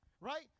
right